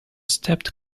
stepped